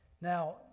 Now